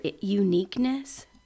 uniqueness